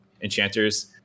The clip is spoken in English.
enchanters